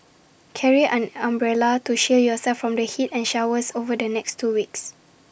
carry an umbrella to shield yourself from the heat and showers over the next two weeks